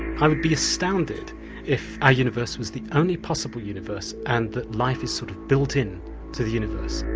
i would be astounded if our universe was the only possible universe and that life is sort of built in to the universe.